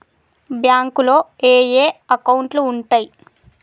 బ్యాంకులో ఏయే అకౌంట్లు ఉంటయ్?